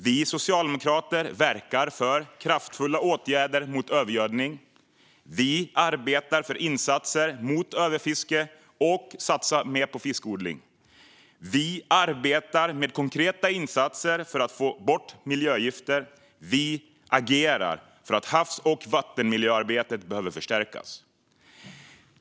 Vi socialdemokrater verkar för kraftfulla åtgärder mot övergödning. Vi arbetar för insatser mot överfiske och satsar på mer fiskodling. Vi arbetar med konkreta insatser för att få bort miljögifter, och vi agerar för att havs och vattenmiljöarbetet ska förstärkas.